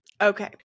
Okay